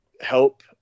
help